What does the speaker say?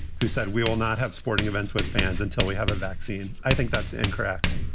who said, we will not have sporting events with fans until we have a vaccine. i think that's incorrect.